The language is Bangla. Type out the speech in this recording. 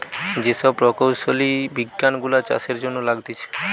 যে সব প্রকৌশলী বিজ্ঞান গুলা চাষের জন্য লাগতিছে